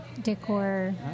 decor